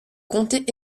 comptait